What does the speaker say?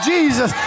Jesus